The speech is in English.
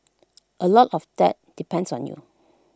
A lot of that depends on you